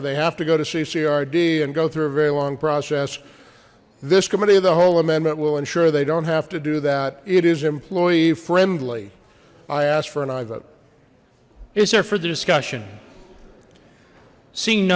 or they have to go to cc rd and go through a very long process this committee of the whole amendment will ensure they don't have to do that it is employee friendly i asked for an either is there for the discussion see